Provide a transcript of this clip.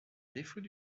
défaut